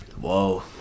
Whoa